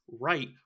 right